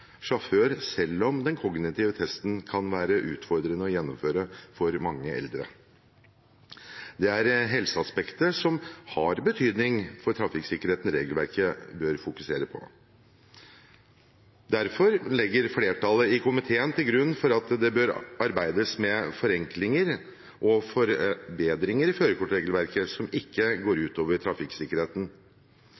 sjåfør selv om den kognitive testen kan være utfordrende å gjennomføre for mange eldre. Det er helseaspekter som har betydning for trafikksikkerheten, regelverket bør fokusere på. Derfor legger flertallet i komiteen til grunn at det bør arbeides med forenklinger og forbedringer i førerkortregelverket som ikke går